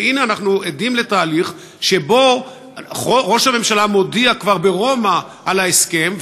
והנה אנחנו עדים לתהליך שבו ראש הממשלה מודיע כבר ברומא על ההסכם,